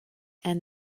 and